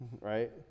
right